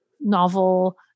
novel